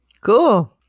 Cool